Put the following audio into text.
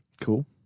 Cool